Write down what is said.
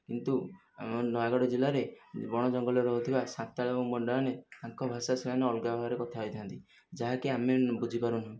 କିନ୍ତୁ ଆମ ନୟାଗଡ଼ ଜିଲ୍ଲାରେ ବଣ ଜଙ୍ଗଲରେ ରହୁଥିବା ସାନ୍ତାଳ ଏବଂ ମୁଣ୍ଡାମାନେ ତାଙ୍କ ଭାଷା ସେମାନେ ଅଲଗା ଭାବରେ କଥା ହେଇଥାନ୍ତି ଯାହାକି ଆମେ ବୁଝିପାରୁନାହୁଁ